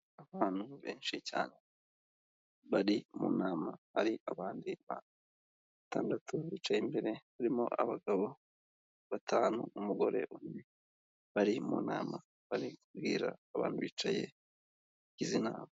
Abantu benshi cyane bari mu nama, hari abandi batandatu bicaye imbere barimo abagabo batanu n'umugore, bari mu nama bari kubwira abantu bicaye bagize inama.